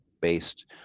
based